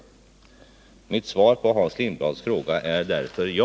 Mitt svar på Hans Lindblads fråga är därför ja.